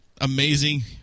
amazing